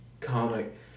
comic